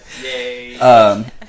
Yay